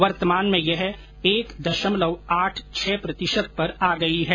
वर्तमान में यह एक दशमलव आठ छह प्रतिशत पर आ गई है